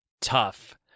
tough